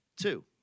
two